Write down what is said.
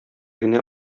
генә